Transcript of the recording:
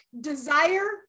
desire